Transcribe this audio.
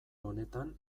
honetan